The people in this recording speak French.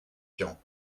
tian